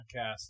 podcast